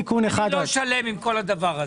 אני לא שלם עם כל הדבר הזה.